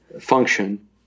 function